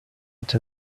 that